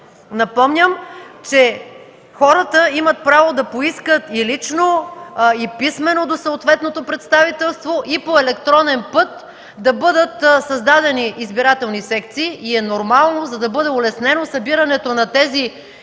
Напомням, че хората имат право да поискат лично – писмено до съответното представителство и по електронен път, да бъдат създадени избирателни секции, което е нормално, за да бъде улеснено събирането на този висок